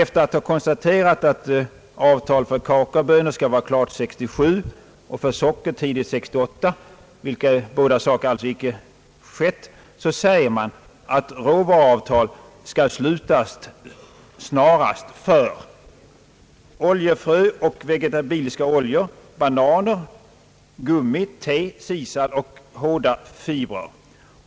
Efter att ha konstaterat att avtalet beträffande kakaobönor skall vara klart 1967 och beträffande socker tidigt år 1968 — vilket alltså inte blivit fallet för någondera varan — säger man att råvaruavtal skall slutas snarast för oljefrö och vegetabiliska oljor, bananer, gummi, te, sisal och hårda fibrer.